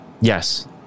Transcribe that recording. Yes